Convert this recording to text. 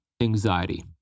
anxiety